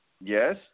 Yes